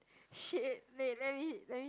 shit wait let me let me